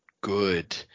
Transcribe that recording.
good